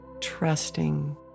trusting